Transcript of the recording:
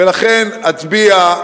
ולכן אצביע,